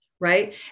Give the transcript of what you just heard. Right